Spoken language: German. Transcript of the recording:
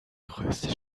größte